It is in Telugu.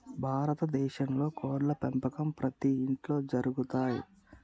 భారత దేశంలో కోడ్ల పెంపకం ప్రతి ఇంట్లో జరుగుతయ్